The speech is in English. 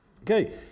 Okay